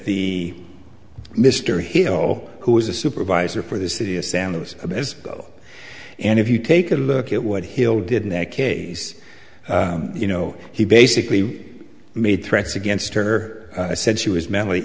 the mr hill who was a supervisor for the city of san those as though and if you take a look at what hill did in that case you know he basically made threats against her said she was mentally